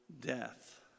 death